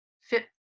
fit